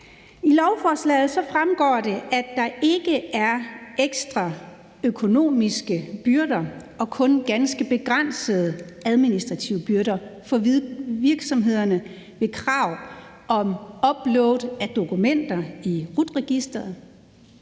I lovforslaget fremgår det, at der ikke er ekstra økonomiske byrder og kun ganske begrænsede administrative byrder for virksomhederne ved krav om upload af dokumenter i RUT-registret.